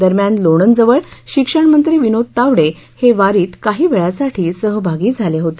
दरम्यान लोणंद जवळ शिक्षण मंत्री विनोद तावडे हे वारीत काही वेळा साठी सहभागी झाले होते